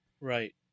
right